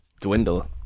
dwindle